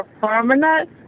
permanent